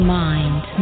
mind